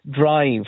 drive